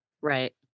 Right